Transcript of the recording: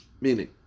Meaning